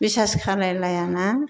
बिसास खालायलाया ना